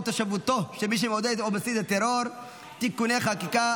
תושבותו של מי שמעודד או מסית לטרור (תיקוני חקיקה),